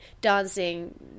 dancing